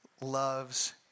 loves